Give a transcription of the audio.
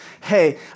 hey